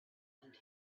and